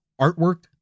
artwork